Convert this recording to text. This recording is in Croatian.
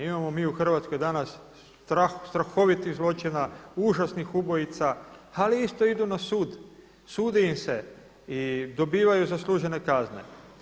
Imamo mi u Hrvatskoj danas strahovitih zločina, užasnih ubojica ali isto idu na sud, sudi im se i dobivaju zaslužene kazne.